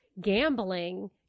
gambling